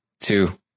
two